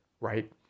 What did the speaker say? right